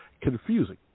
confusing